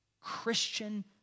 Christian